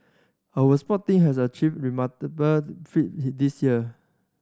our sport team has a achieved remarkable feat this year